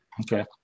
Okay